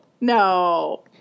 No